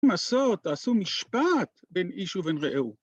‫עשו משפט בין איש ובין רעהו.